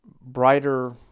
brighter